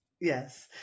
Yes